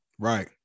Right